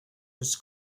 was